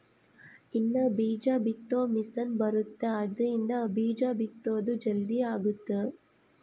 ಇನ್ನ ಬೀಜ ಬಿತ್ತೊ ಮಿಸೆನ್ ಬರುತ್ತ ಆದ್ರಿಂದ ಬೀಜ ಬಿತ್ತೊದು ಜಲ್ದೀ ಅಗುತ್ತ